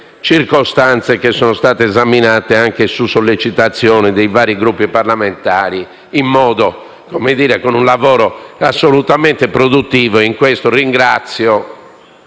tante circostanze che sono state esaminate, anche su sollecitazione dei vari Gruppi parlamentari, con un lavoro assolutamente produttivo. E di questo ringrazio